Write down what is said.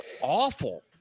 awful